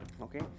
okay